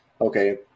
okay